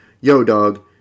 Yo-Dog